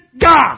God